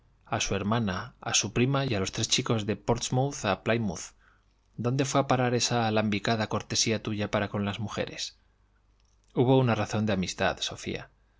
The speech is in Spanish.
a su hermana a su prima y a los tres chicos de portsmouth a plymouth dónde fué a parar esa alambicada cortesía tuya para las mujeres hubo una razón de amistad sofía